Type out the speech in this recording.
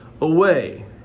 away